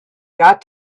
got